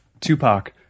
tupac